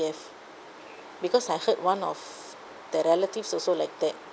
C_P_F because I heard one of the relatives also like that